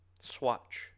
Swatch